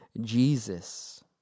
Jesus